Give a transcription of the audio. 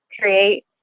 create